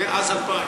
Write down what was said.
מאז 2000?